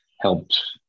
helped